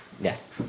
Yes